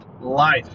Life